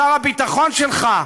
שר הביטחון שלך,